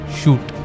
shoot